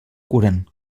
curen